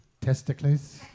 testicles